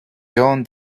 jon